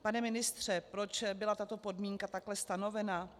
Pane ministře, proč byla tato podmínka takhle stanovena?